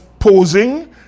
Posing